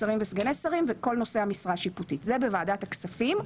סגנים וסגני שרים וכול נושאי המשרה השיפוטית זה בוועדת הכספים.